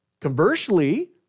Conversely